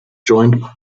joint